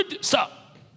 stop